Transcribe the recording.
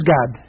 God